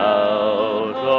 out